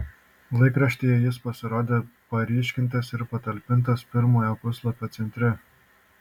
laikraštyje jis pasirodė paryškintas ir patalpintas pirmojo puslapio centre